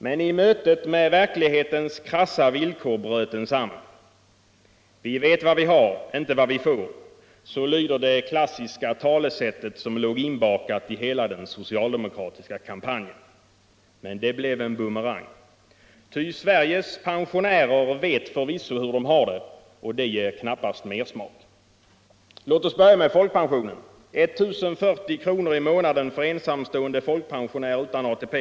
Men i mötet med verklighetens krassa villkor bröt den samman. ”"Vi vet vad vi har inte vad vi får” — så lyder det klassiska talesättet som låg inbakat i hela den socialdemokratiska kampanjen. Men det blev en bumerang. Ty Sveriges pensionärer vet förvisso hur de har det — och det ger knappast mersmak. Låt oss börja med folkpensionen — I 040 kr. i månaden för ensamstående folkpensionär utan ATP.